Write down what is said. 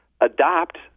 adopt